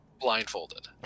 Blindfolded